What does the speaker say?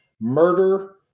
murder